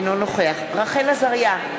אינו נוכח רחל עזריה,